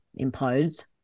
implodes